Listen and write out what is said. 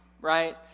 right